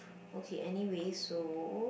okay anyway so